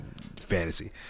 fantasy